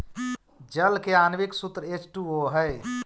जल के आण्विक सूत्र एच टू ओ हई